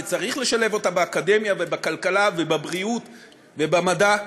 וצריך לשלב אותה באקדמיה ובכלכלה ובבריאות ובמדע,